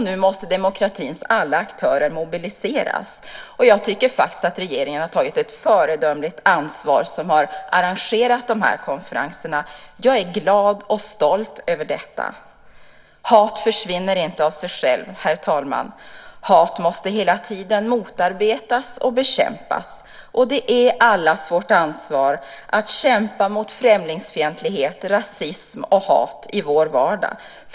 Nu måste demokratins alla aktörer mobiliseras. Jag tycker faktiskt att regeringen har tagit ett föredömligt ansvar som har arrangerat de här konferenserna. Jag är glad och stolt över detta. Hat försvinner inte av sig självt, herr talman. Hat måste hela tiden motarbetas och bekämpas. Det är allas vårt ansvar att kämpa mot främlingsfientlighet, rasism och hat i vår vardag.